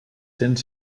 cents